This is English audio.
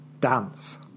Dance